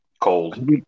cold